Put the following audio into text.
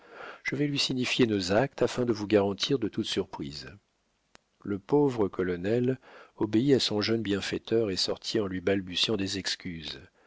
je vais lui signifier nos actes afin de vous garantir de toute surprise le pauvre colonel obéit à son jeune bienfaiteur et sortit en lui balbutiant des excuses